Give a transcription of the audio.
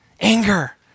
Anger